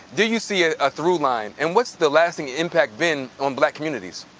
do you see a ah through line? and what's the lasting impact been on black communities?